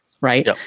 right